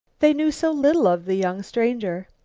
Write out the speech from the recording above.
they knew so little of the young stranger.